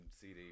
CD